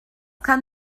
kann